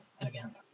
again